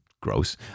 gross